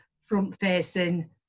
front-facing